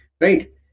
Right